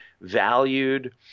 valued